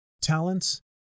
talents